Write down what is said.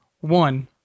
One